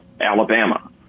Alabama